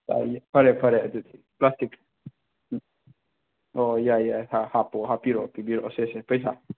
ꯌꯥꯏꯌꯦ ꯐꯔꯦ ꯐꯔꯦ ꯑꯗꯨꯗꯤ ꯄ꯭ꯂꯥꯁꯇꯤꯛ ꯎꯝ ꯍꯣꯏ ꯍꯣꯏ ꯌꯥꯔꯦ ꯌꯥꯔꯦ ꯍꯥꯞꯄꯣ ꯍꯥꯄꯤꯔꯛꯑꯣ ꯄꯤꯕꯤꯔꯛꯑꯣ ꯁꯦꯁꯦ ꯄꯩꯁꯥ